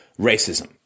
racism